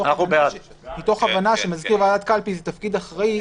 מתוך הבנה שמזכיר ועדת קלפי זה תפקיד אחראי,